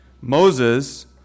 Moses